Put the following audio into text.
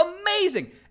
amazing